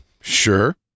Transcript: Sure